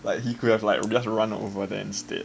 like he could have like just run over there instead